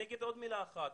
אני אומר עוד מילה אחת.